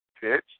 pitch